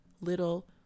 little